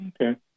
Okay